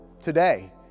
today